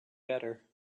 better